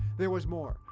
there was more.